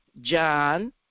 John